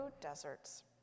deserts